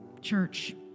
church